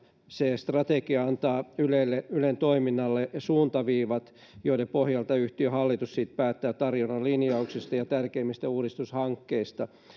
se strategia antaa ylen toiminnalle suuntaviivat joiden pohjalta yhtiön hallitus sitten päättää tarjonnan linjauksista ja tärkeimmistä uudistushankkeista